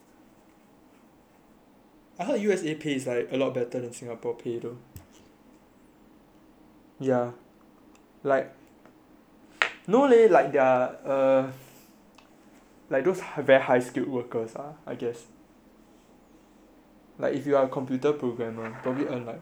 I heard U_S_A pay is like a lot better than Singapore pay loh ya like no leh like they're uh like those very high skilled workers ah I guess like if you're computer programmer probably earn like quite a lot there